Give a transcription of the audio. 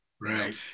Right